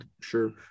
sure